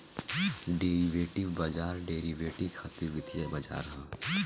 derivative बाजार derivative खातिर वित्तीय बाजार ह